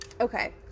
okay